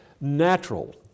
natural